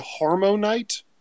Harmonite